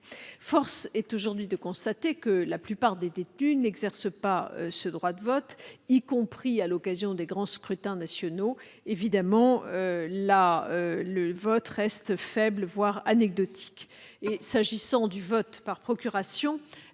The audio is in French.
force est aujourd'hui de constater que la plupart d'entre eux n'exercent pas ce droit de vote, y compris à l'occasion des grands scrutins nationaux. Le vote reste faible, voire anecdotique,